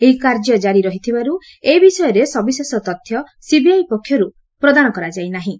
ଏହି କାର୍ଯ୍ୟ ଜାରି ରହିଥିବାର୍ ଏ ବିଷୟରେ ସବିଶେଷ ତଥ୍ୟ ସିବିଆଇ ପକ୍ଷର୍ ପ୍ରଦାନ କରାଯାଇ ନାହିଁ